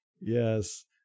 Yes